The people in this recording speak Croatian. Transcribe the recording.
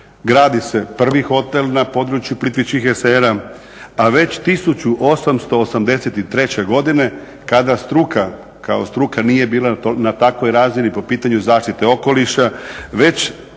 gradi se prvi hotel na području Plitvičkih jezera, a već 1883. godine kada struka, kao struka nije bila na takvoj razini po pitanju zaštite okoliša, već